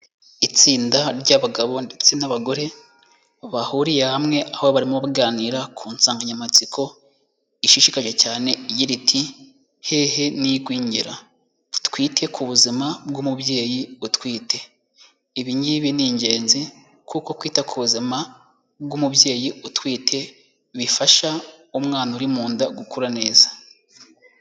Itsinda ry'abagabo ndetse n'abagore bahuriye hamwe, aho barimo baganira ku nsanganyamatsiko ishishikaje cyane igira iti:"Hehe n'igwingira." Twite ku buzima bw'umubyeyi utwite. Ibi ngibi ni ingenzi kuko kwita ku buzima bw'umubyeyi utwite bifasha umwana uri mu nda gukura neza.